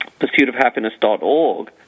pursuitofhappiness.org